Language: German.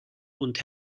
und